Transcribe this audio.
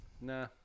Nah